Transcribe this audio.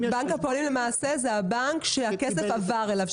בנק הפועלים למעשה הוא הבנק שהכסף עבר אליו.